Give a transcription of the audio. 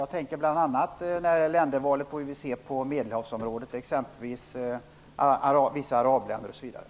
Jag tänker bl.a. på ländervalet som vi ser när det gäller Medelhavsområdet och t.ex.